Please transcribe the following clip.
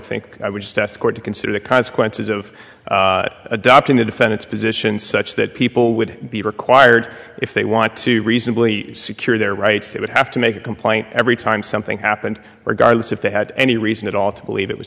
think i would just ask the court to consider the consequences of adopting the defendant's position such that people would be required if they want to reasonably secure their rights they would have to make a complaint every time something happened regardless if they had any reason at all to believe it was